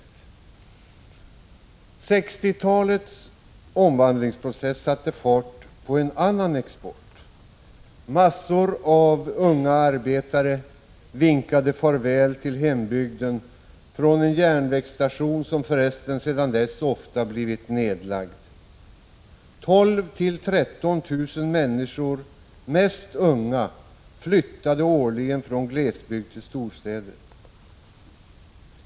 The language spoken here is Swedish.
1960-talets omvandlingsprocess satte fart på en annan export. Massor av unga arbetare vinkade farväl till hembygden från järnvägsstationer av vilka många sedan dess blivit nedlagda. 12 000-13 000 människor — mest unga — flyttade årligen från glesbygd till storstäder.